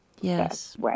Yes